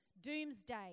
doomsday